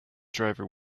driver